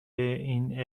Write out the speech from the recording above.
این